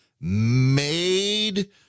made